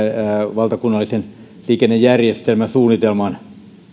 valtakunnallisen liikennejärjestelmän suunnitelman